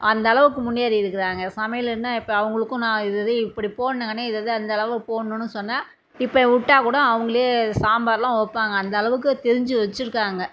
அந்த அளவுக்கு முன்னேறி இருக்கிறாங்க சமையலுன்னா இப்போ அவங்களுக்கும் நான் இதை இது இப்படி போடணும் கண்ணு இதை இது இந்த அளவில் போடணுன்னு சொன்னா இப்போ விட்டா கூட அவங்களே சாம்பார்லாம் வைப்பாங்க அந்த அளவுக்கு தெரிஞ்சி வச்சிருக்காங்க